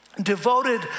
devoted